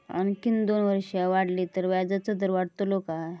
आणखी दोन वर्षा वाढली तर व्याजाचो दर वाढतलो काय?